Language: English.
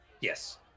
Yes